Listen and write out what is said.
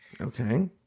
Okay